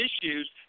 issues